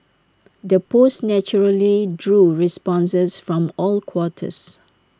the post naturally drew responses from all quarters